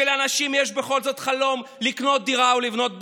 שלאנשים יש בכל זאת חלום לקנות דירה או לבנות בית,